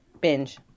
Binge